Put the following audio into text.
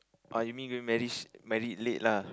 oh you mean you going marry married late lah